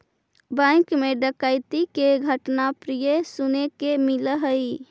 bank मैं डकैती के घटना प्राय सुने के मिलऽ हइ